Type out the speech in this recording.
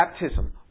baptism